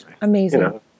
amazing